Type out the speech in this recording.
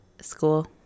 school